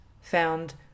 found